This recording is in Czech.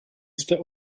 jste